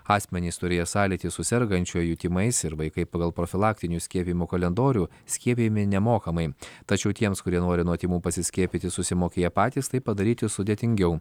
asmenys turėję sąlytį su sergančiuoju tymais ir vaikai pagal profilaktinių skiepijimų kalendorių skiepijami nemokamai tačiau tiems kurie nori nuo tymų pasiskiepyti susimokėję patys tai padaryti sudėtingiau